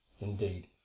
indeed